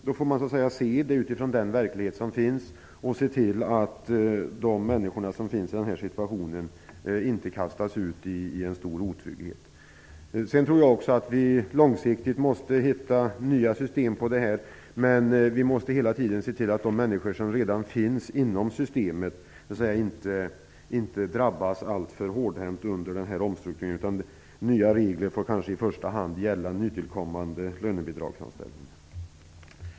Då får man utgå från den verklighet som finns och se till att människor med lönebidrag inte kastas ut i stor otrygghet. Sedan skall vi långsiktigt finna nya system för detta. Men vi måste hela tiden se till att de människor som redan finns inom systemet inte drabbas alltför hårt under omstruktureringsperioden. Nya regler får kanske i första hand gälla nytillkommande lönebidragsanställningar.